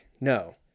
no